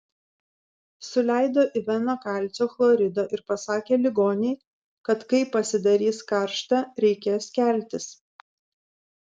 suleido į veną kalcio chlorido ir pasakė ligonei kad kai pasidarys karšta reikės keltis